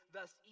Thus